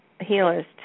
healers